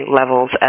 levels